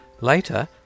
Later